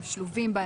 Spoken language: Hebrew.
הם שלובים בה,